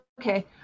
Okay